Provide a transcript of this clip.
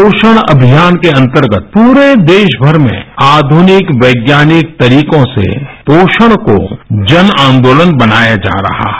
पोषण अभियान के अंतर्गत पूरे देशभर में आध्निक वैज्ञानिक तरीकों से पोषण को जन आन्दोलन बनाया जा रहा है